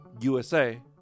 USA